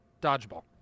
Dodgeball